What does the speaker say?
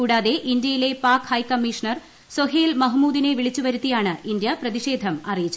കൂടാതെ ഇന്ത്യയിലെ പാക് ഹൈക്കമ്മിഷണർ സൊഹേയ്ൽ മഹ്മ്മൂദ്യിന്നു വിളിച്ച് വരുത്തിയാണ് ഇന്ത്യ പ്രതിഷേധം അറിയിച്ചത്